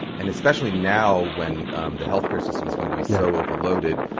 and especially now when um the health care system is going to be so overloaded.